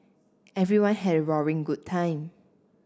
everyone had a roaring good time